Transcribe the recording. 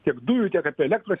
tiek dujų tiek apie elektros